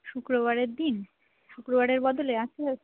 শুক্রবারের দিন শুক্রবারের বদলে আচ্ছা